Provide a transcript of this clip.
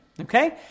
okay